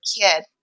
kid